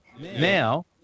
Now